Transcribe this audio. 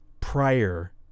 prior